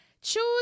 Choose